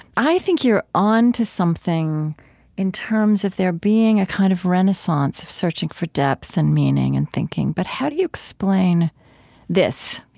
i think you're onto something in terms of there being a kind of renaissance searching for depth and meaning and thinking. but how do you explain this,